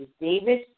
Davis